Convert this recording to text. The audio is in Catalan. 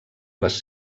les